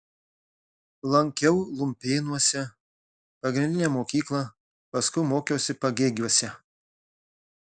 lankiau lumpėnuose pagrindinę mokyklą paskui mokiausi pagėgiuose